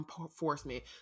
enforcement